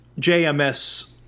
JMS